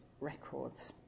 records